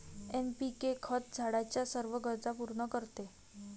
NPK खत झाडाच्या सर्व गरजा पूर्ण करते